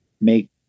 make